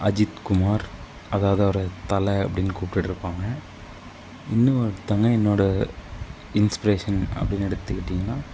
அஜித்குமார் அதாவது அவரை தலை அப்டின்னு கூப்பிட்டுட்ருப்பாங்க இன்னும் ஒருத்தவங்க என்னோட இன்ஸ்பிரேஷன் அப்டின்னு எடுத்துக்கிட்டிங்கனா